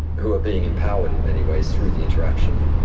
who are being empowered in many ways through the interaction.